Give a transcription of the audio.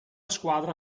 squadra